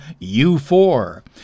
U4